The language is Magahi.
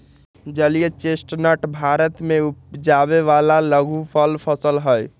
जलीय चेस्टनट भारत में उपजावे वाला लघुफल फसल हई